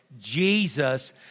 Jesus